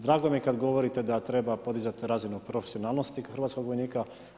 Drago mi je kada govorite da treba podizati razinu profesionalnosti hrvatskog vojnika.